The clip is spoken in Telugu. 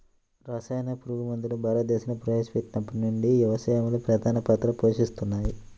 రసాయన పురుగుమందులు భారతదేశంలో ప్రవేశపెట్టినప్పటి నుండి వ్యవసాయంలో ప్రధాన పాత్ర పోషిస్తున్నాయి